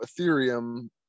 Ethereum